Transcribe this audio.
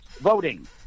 voting